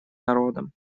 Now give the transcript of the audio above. народом